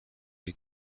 les